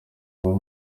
uwo